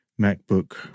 MacBook